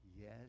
Yes